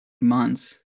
months